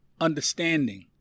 understanding